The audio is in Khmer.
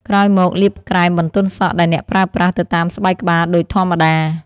ក្រោយមក លាបក្រែមបន្ទន់សក់ដែលអ្នកប្រើប្រាស់ទៅតាមស្បែកក្បាលដូចធម្មតា។